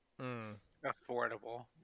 Affordable